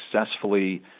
successfully